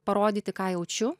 parodyti ką jaučiu